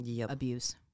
abuse